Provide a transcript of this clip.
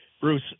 Bruce